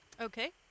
Okay